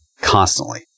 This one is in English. constantly